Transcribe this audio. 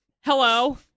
Hello